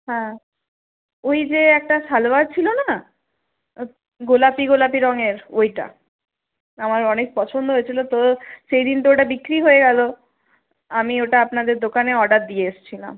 হ্যাঁ ওই যে একটা সালোয়ার ছিল না গোলাপি গোলাপি রঙের ওটা আমার অনেক পছন্দ হয়েছিল তো সেদিন তো ওটা বিক্রি হয়ে গেল আমি ওটা আপনাদের দোকানে অর্ডার দিয়ে এসেছিলাম